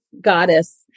goddess